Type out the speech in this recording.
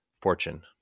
fortune